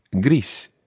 gris